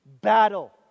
battle